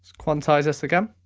quantize this again.